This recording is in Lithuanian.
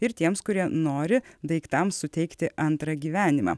ir tiems kurie nori daiktams suteikti antrą gyvenimą